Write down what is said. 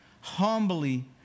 humbly